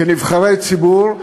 כנבחרי ציבור,